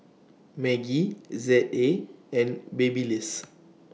Maggi Z A and Babyliss